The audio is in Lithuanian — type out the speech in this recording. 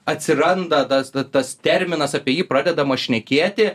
atsiranda tas tas terminas apie jį pradedama šnekėti